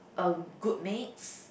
uh group mates